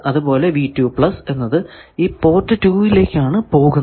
അതുപോലെ എന്നത് ഈ പോർട്ട് 2 ലേക്കാണ് പോകുന്നത്